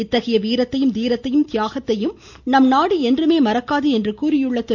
இத்தகைய வீரத்தையும் தீரத்தையும் தியாகத்தையும் நம்நாடு என்றுமே மறக்காது என்று கூறியுள்ள திரு